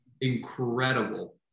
incredible